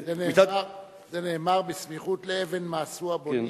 זה נאמר בסמיכות ל"אבן מאסו הבונים".